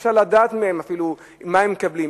אי-אפשר לדעת מהם אפילו מה הם מקבלים.